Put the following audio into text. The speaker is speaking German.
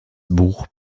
buch